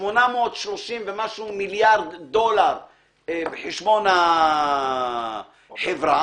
830 ומשהו מיליארד דולר בחשבון החברה,